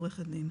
עורכת דין.